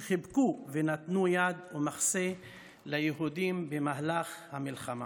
שחיבקו ונתנו יד ומחסה ליהודים במהלך המלחמה.